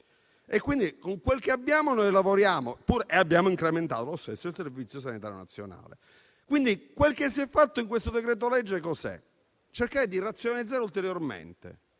Quindi, con quel che abbiamo, noi lavoriamo. Eppure, abbiamo incrementato lo stesso il Servizio sanitario nazionale. Quindi, quel che si è fatto in questo decreto-legge è cercare di razionalizzare ulteriormente,